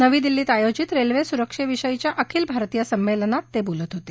नवी दिल्लीत आयोजित रेल्वे सुरक्षेविषयीच्या अखिल भारतीय संमेलनात ते बोलत होते